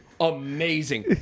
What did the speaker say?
amazing